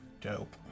Dope